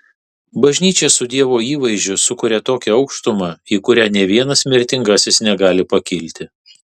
bažnyčia su dievo įvaizdžiu sukuria tokią aukštumą į kurią nė vienas mirtingasis negali pakilti